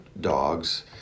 dogs